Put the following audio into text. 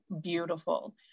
beautiful